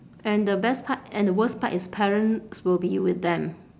and the best part and the worst part is parents will be with them